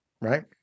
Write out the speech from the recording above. right